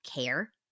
care